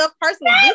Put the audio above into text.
personally